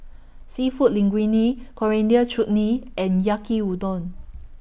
Seafood Linguine Coriander Chutney and Yaki Udon